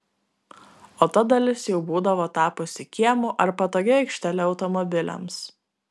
o ta dalis jau būdavo tapusi kiemu ar patogia aikštele automobiliams